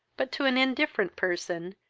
but, to an indifferent person,